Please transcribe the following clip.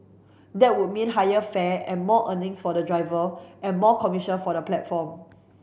that would mean higher fare and more earnings for the driver and more commission for the platform